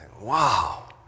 Wow